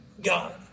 God